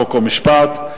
חוק ומשפט.